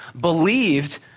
believed